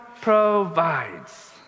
provides